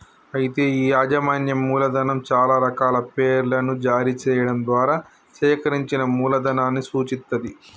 అయితే ఈ యాజమాన్యం మూలధనం చాలా రకాల పేర్లను జారీ చేయడం ద్వారా సేకరించిన మూలధనాన్ని సూచిత్తది